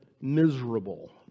miserable